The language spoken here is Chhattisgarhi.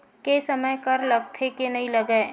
के समय कर लगथे के नइ लगय?